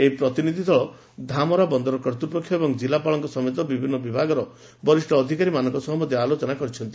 ଏହି ପ୍ରତିନିଧି ଦଳ ଧାମରା ବନ୍ଦର କର୍ତ୍ତପକ୍ଷ ଏବଂ ଜିଲାପାଳଙ୍କ ସମେତ ବିଭିନ୍ନ ବିଭାଗର ଅଧିକାରୀମାନଙ୍କ ସହ ଆଲୋଚନା କରିଛନ୍ତି